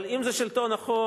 אבל אם זה שלטון החוק,